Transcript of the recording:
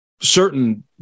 certain